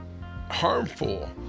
harmful